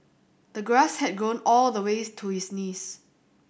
the grass had grown all the way to his knees